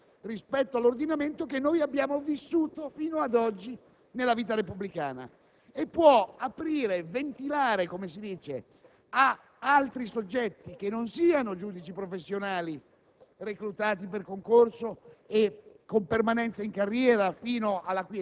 che essi debbano discutere, introduce un concetto tutt'affatto diverso rispetto all'ordinamento che abbiamo vissuto fino ad oggi nella vita repubblicana e può ventilare ad altri soggetti che non siano giudici professionali